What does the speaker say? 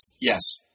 Yes